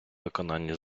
виконанні